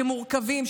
המורכבים,